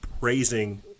praising